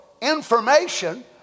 information